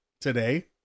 today